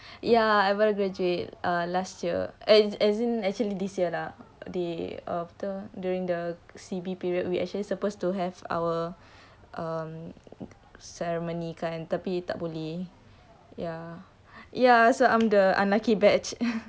ya I baru graduate uh last year as in actually this year lah the apa tu during the C_B period actually suppose to have our um ceremony kan tapi tak boleh ya so I'm the unlucky batch